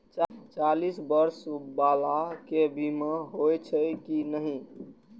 चालीस बर्ष बाला के बीमा होई छै कि नहिं?